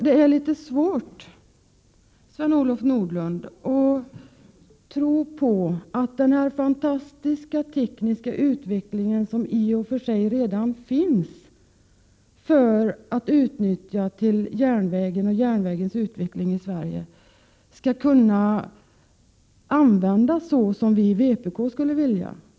Det är därför litet svårt, Sven-Olof Nordlund, att tro på att denna fantastiska teknik, som i och för sig redan finns, för att utveckla järnvägen i Sverige kan användas på det sätt som vi i vpk skulle vilja.